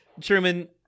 Truman